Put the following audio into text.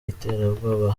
iterabwoba